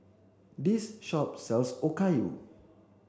this shop sells Okayu